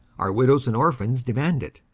our widows and orphans demand it.